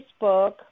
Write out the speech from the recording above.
Facebook